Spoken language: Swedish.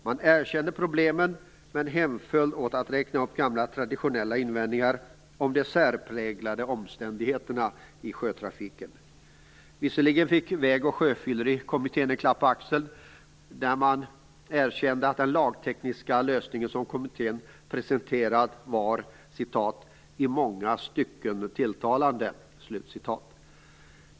Man erkände problemen men hemföll åt att räkna upp gamla traditionella invändningar om de särpräglade omständigheterna i sjötrafiken. Visserligen fick Väg och sjöfyllerikommittén en klapp på axeln. Man erkände att den lagtekniska lösningen som kommittén presenterat var "i många stycken tilltalande".